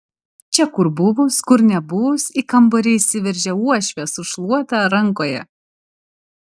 čia kur buvus kur nebuvus į kambarį įsiveržia uošvė su šluota rankoje